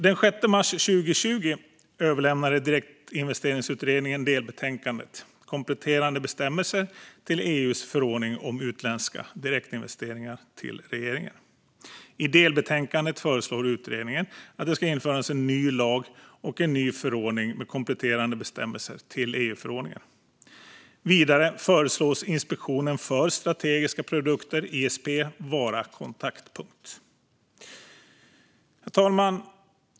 Den 6 mars 2020 överlämnade Direktinvesteringsutredningen delbetänkandet Kompletterande bestämmelser till EU:s förordning om utländs ka direktinvesteringar till regeringen. I delbetänkandet föreslår utredningen att det ska införas en ny lag och en ny förordning med kompletterande bestämmelser till EU-förordningen. Vidare föreslås Inspektionen för strategiska produkter, ISP, vara kontaktpunkt. Herr talman!